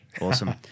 Awesome